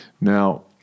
now